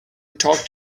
talk